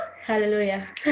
Hallelujah